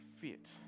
fit